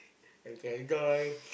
that we can enjoy